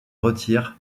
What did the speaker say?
retire